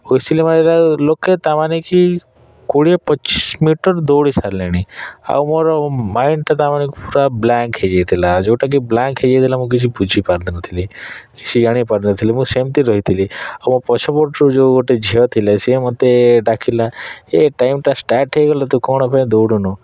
whistle ମାରିଲା ଲୋକେ ତା'ମାନେ କି କୋଡ଼ିଏ ପଚିଶ ମିଟର ଦୌଡ଼ି ସାରିଲେଣି ଆଉ ମୋର ମାଇଣ୍ଡଟା ତା'ମାନେ ପୁରା ବ୍ଳାଙ୍କ ହେଇଯାଇଥିଲା ଯେଉଁଟା କି ବ୍ଳାଙ୍କ ହେଇଯାଇଥିଲା ମୁଁ କିଛି ବୁଝିପାରୁନଥିଲି କିଛି ଜାଣିପାରୁନଥିଲି ମୁଁ ସେମିତି ରହିଥିଲି ଆଉ ମୋ ପଛପଟରୁ ଯେଉଁ ଗୋଟେ ଝିଅ ଥିଲେ ସିଏ ମୋତେ ଡ଼ାକିଲା ଏ ଟାଇମ୍ଟା ଷ୍ଟାର୍ଟ ହେଇଗଲା ତୁ କ'ଣ ପାଇଁ ଦୌଡ଼ୁନୁ